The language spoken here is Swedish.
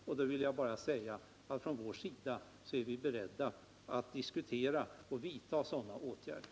Och då vill jag bara säga att från vår sida är vi beredda att diskutera och vidta sådana här åtgärder.